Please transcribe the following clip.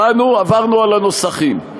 באנו ועברנו על הנוסחים.